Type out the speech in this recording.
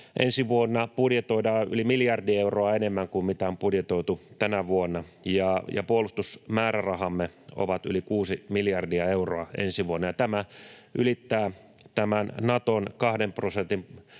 ensi vuonna yli miljardi euroa enemmän kuin on budjetoitu tänä vuonna, ja puolustusmäärärahamme ovat yli kuusi miljardia euroa ensi vuonna. Tämä ylittää tämän Naton kahden prosentin